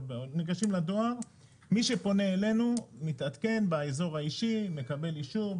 מי שפונה אלינו, מתעדכן באזור האישי, מקבל אישור.